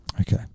Okay